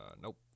Nope